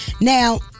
Now